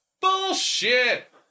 Bullshit